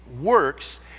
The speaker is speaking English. works